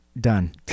Done